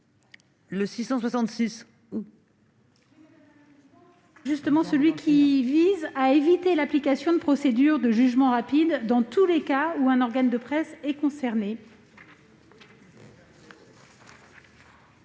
vise justement à éviter l'application de procédures de jugement rapide dans tous les cas où un organe de presse est concerné.